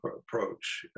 approach